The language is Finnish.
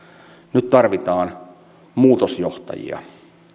nyt tarvitaan muutosjohtajia